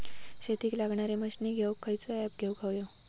शेतीक लागणारे मशीनी घेवक खयचो ऍप घेवक होयो?